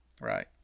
Right